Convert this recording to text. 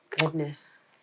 goodness